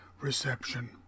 reception